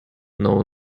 know